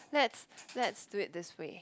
let's let's do it this way